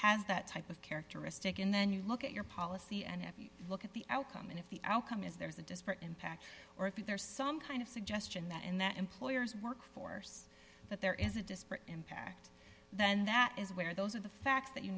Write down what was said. has that type of characteristic and then you look at your policy and if you look at the outcome and if the outcome is there's a disparate impact or if the there's some kind of suggestion that in that employers workforce that there is a disparate impact then that is where those are the facts that you